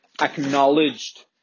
acknowledged